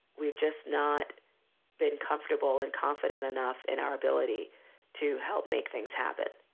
we've just not been comfortable and confident enough in our ability to help make things happen.